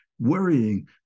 worrying